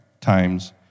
times